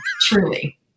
truly